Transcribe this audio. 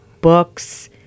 Books